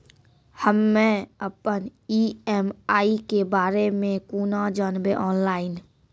हम्मे अपन ई.एम.आई के बारे मे कूना जानबै, ऑनलाइन?